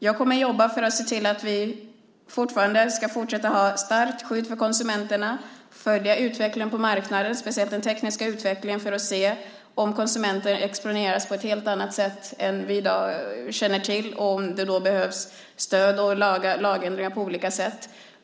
Jag kommer att jobba för att se till att vi kommer att fortsätta att ha ett starkt skydd för konsumenterna, följa utvecklingen på marknaden, speciellt den tekniska utvecklingen, för att se om konsumenter exponeras på ett helt annat sätt än vad vi i dag känner till och om det då behövs stöd och lagändringar.